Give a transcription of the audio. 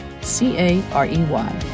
C-A-R-E-Y